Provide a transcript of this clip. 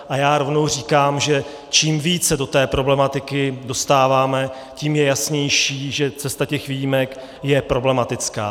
A já rovnou říkám, že čím více se do problematiky dostáváme, tím je jasnější, že cesta výjimek je problematická.